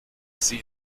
sie